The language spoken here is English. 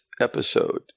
episode